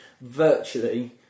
virtually